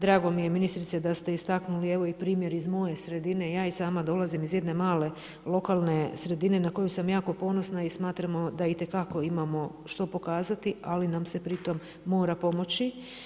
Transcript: Drago mi je ministrice da ste istaknuli primjer iz moje sredine, ja i sama dolazim iz jedne male lokalne sredine na koju sam jako ponosna i smatramo da itekako imamo što pokazati, ali nam se pri tom mora pomoći.